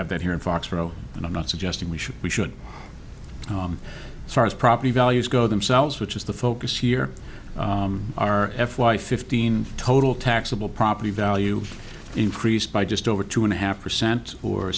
have that here in foxboro and i'm not suggesting we should we should start property values go themselves which is the focus year r f y fifteen total taxable property value increased by just over two and a half percent or